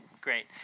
great